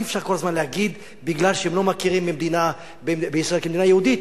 אי-אפשר כל הזמן להגיד שמכיוון שהם לא מכירים בישראל כמדינה יהודית,